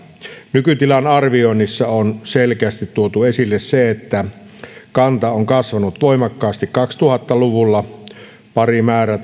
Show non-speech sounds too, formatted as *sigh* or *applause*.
nykytilan arvioinnissa on selkeästi tuotu esille se että kanta on kasvanut voimakkaasti kaksituhatta luvulla parimäärä *unintelligible*